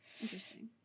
Interesting